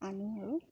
আনো আৰু